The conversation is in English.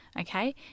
okay